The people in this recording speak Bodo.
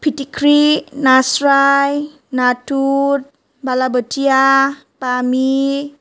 फिथिख्रि नास्राय नाथुर बाला बोथिया बामि